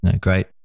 great